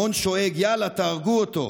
המון שואג: יאללה, תהרגו אותו.